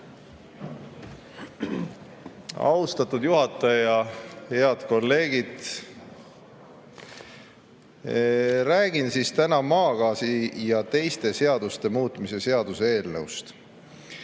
Austatud juhataja! Head kolleegid! Räägin täna maagaasiseaduse ja teiste seaduste muutmise seaduse eelnõust.